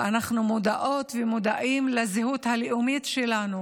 ואנחנו מודעות ומודעים לזהות הלאומית שלנו